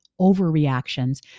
overreactions